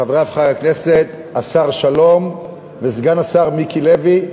חברי חברי הכנסת, השר שלום וסגן השר מיקי לוי,